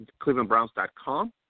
ClevelandBrowns.com